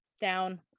down